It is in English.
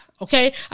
okay